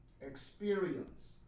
experience